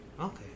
Okay